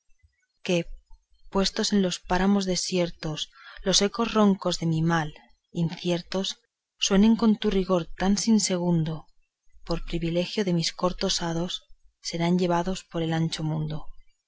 que puesto que en los páramos desiertos los ecos roncos de mi mal inciertos suenen con tu rigor tan sin segundo por privilegio de mis cortos hados serán llevados por el ancho mundo